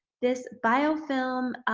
this biofilm